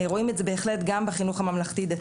רואים את זה בהחלט גם בחינוך הממלכתי-דתי.